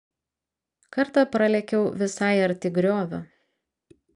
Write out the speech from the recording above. kartą pralėkiau visai arti griovio